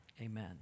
amen